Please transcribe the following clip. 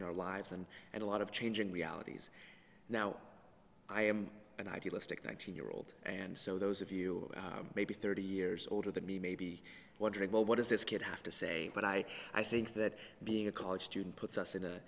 in our lives and and a lot of changing realities now i am an idealistic nineteen year old and so those of you maybe thirty years older than me maybe wondering well what does this kid have to say but i i think that being a college student puts us in